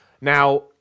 Now